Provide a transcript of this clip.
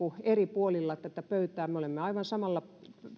eri puolilla tätä pöytää me olemme aivan samalla